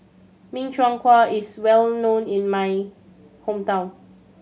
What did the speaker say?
Min Chiang Kueh is well known in my hometown